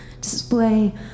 display